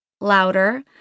louder